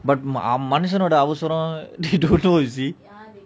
but மனுஷனோட அவசரம்:manusanoda aavasaram they don't know you see